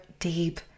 deep